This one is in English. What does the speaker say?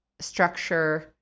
structure